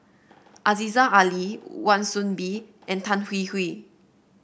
Aziza Ali Wan Soon Bee and Tan Hwee Hwee